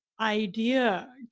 idea